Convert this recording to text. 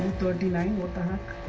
thirty nine